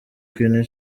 queen